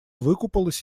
выкупалась